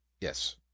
yes